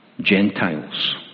Gentiles